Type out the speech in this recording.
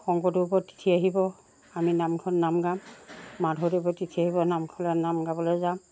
শংকৰদেৱৰ তিথি আহিব আমি নামখন নাম গাম মাাধৱদেৱৰ তিথি আহিব নামঘৰলৈ নাম গাবলৈ যাম